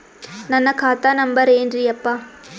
ನನ್ನ ಖಾತಾ ನಂಬರ್ ಏನ್ರೀ ಯಪ್ಪಾ?